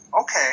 okay